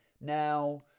Now